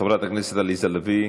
חברת הכנסת עליזה לביא,